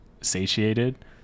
satiated